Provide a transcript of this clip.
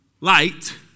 light